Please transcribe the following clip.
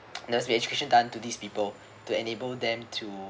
there must be education done to these people to enable them to